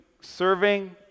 serving